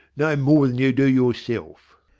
no more than you do yourself.